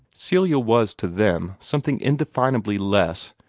celia was to them something indefinably less,